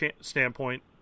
standpoint